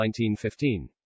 1915